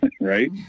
Right